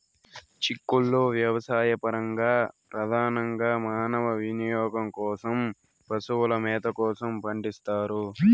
చిక్కుళ్ళు వ్యవసాయపరంగా, ప్రధానంగా మానవ వినియోగం కోసం, పశువుల మేత కోసం పండిస్తారు